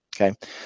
Okay